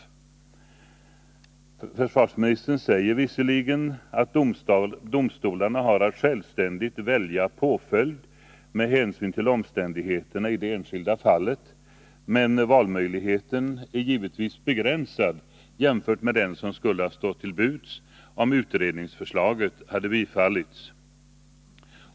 Försvarsministern säger visserligen att domstolarna har att självständigt välja påföljd med hänsyn till omständigheterna i det enskilda fallet, men valmöjligheten är givetvis begränsad jämfört med den som skulle ha stått till buds om utredningsförslaget hade bifallits.